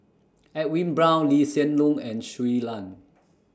Edwin Brown Lee Hsien Loong and Shui Lan